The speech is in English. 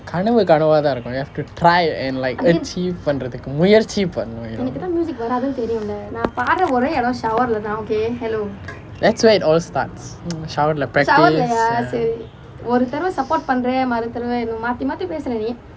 கனவு கனவா தான் இருக்கும்:kanavu kanavaa thaan irukkum you have to try and like achieve பண்றதுக்கு முயற்சி பண்ணனும்:pandrathukku muarychi pannanum you know that's where it all starts shower இலே:illae practise